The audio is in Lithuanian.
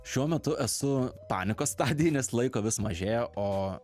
šiuo metu esu panikos stadijoj nes laiko vis mažėja o